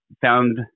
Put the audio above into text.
found